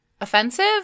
offensive